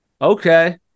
Okay